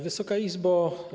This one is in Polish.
Wysoka Izbo!